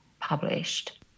published